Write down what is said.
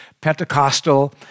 Pentecostal